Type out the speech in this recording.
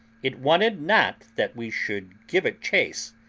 it wanted not that we should give it chase,